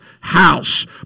house